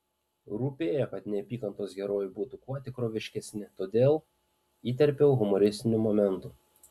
rūpėjo kad neapykantos herojai būtų kuo tikroviškesni todėl įterpiau humoristinių momentų